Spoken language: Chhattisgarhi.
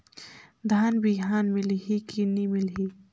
धान बिहान मिलही की नी मिलही?